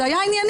זה היה ענייני.